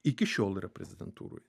iki šiol yra prezidentūroj